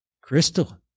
Crystal